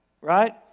right